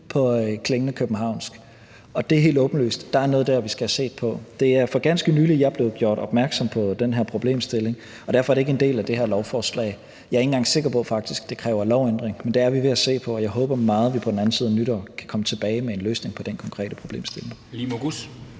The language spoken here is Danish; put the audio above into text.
på klingende københavnsk, og det er helt åbenlyst, at der dér er noget, vi skal have set på. Det er for ganske nylig, jeg er blevet gjort opmærksom på den her problemstilling, og derfor er det ikke en del af det her lovforslag. Jeg er faktisk ikke engang sikker på, at det kræver en lovændring, men det er vi ved at se på, og jeg håber meget, at vi på den anden side af nytår kan komme tilbage med en løsning på den konkrete problemstilling.